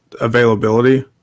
availability